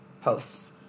posts